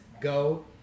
go